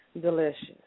delicious